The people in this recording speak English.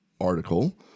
article